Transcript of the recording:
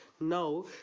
Now